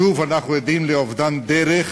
שוב אנחנו עדים לאובדן דרך.